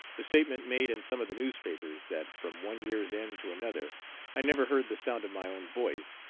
the statement made in some of the newspapers, that from one year's end to another i never heard the sound of my own voice,